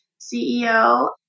CEO